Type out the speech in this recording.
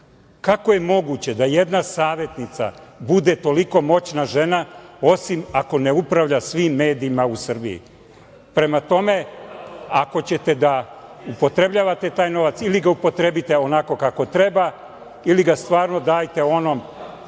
vrhu. Kako je moguće da jedna savetnica bude toliko moćna žena, osim ako ne upravlja svim medijima u Srbiji? Prema tome, ako ćete da upotrebljavate taj novac, ili ga upotrebite onako kako treba ili ga stvarno dajte onom